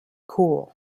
cool